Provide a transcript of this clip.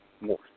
more